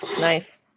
Nice